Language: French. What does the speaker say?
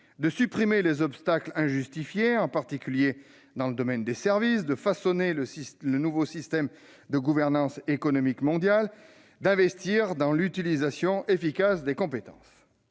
la suppression des obstacles injustifiés, en particulier dans le domaine des services, le façonnement d'un nouveau système de gouvernance économique mondiale ou encore des investissements dans l'utilisation efficace des compétences.